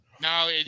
No